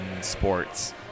sports